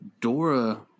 Dora